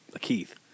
Keith